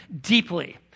deeply